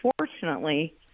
Unfortunately